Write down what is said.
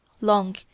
long